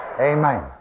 Amen